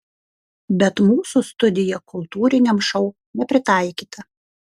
bet mūsų studija kultūriniam šou nepritaikyta